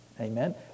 Amen